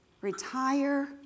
Retire